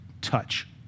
touch